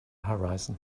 horizon